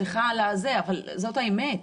זאת האמת.